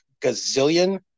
gazillion